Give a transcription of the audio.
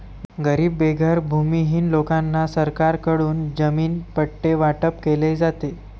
गरीब बेघर भूमिहीन लोकांना सरकारकडून जमीन पट्टे वाटप केले जाते